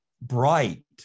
bright